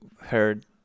heard